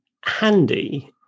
handy